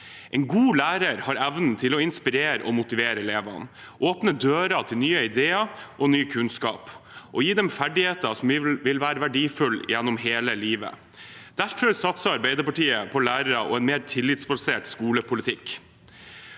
En god lærer har evnen til å inspirere og motivere elevene, åpne dører til nye ideer og ny kunnskap, og gi dem ferdigheter som vil være verdifulle gjennom hele livet. Derfor satser Arbeiderpartiet på lærere og en mer tillitsbasert skolepolitikk.